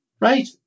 right